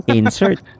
insert